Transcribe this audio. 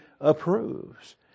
approves